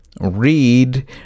read